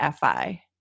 FI